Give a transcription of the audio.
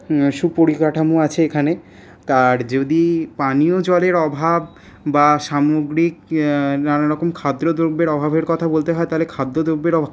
সুপরিকাঠামো আছে এখানে তার যদি পানীয় জলের অভাব বা সামগ্রিক নানারকম খাদ্য দ্রব্যের অভাবের কথা বলতে হয় তাহলে খাদ্য দ্রব্যের অভাব